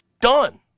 done